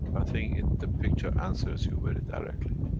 i think it, the picture, answers you very directly.